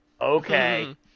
okay